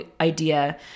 idea